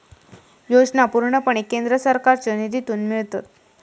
योजना पूर्णपणे केंद्र सरकारच्यो निधीतून मिळतत